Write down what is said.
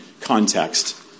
context